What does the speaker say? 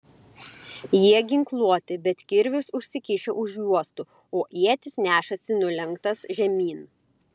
jie ginkluoti bet kirvius užsikišę už juostų o ietis nešasi nulenktas žemyn